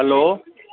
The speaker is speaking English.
hello